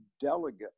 delegate